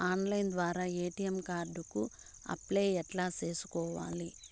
Online ద్వారా ATM card కు apply ఎట్లా సేసుకోవాలి?